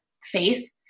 Faith